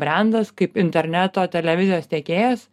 brendas kaip interneto televizijos tiekėjas